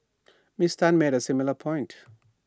miss Tan made A similar point